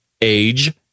age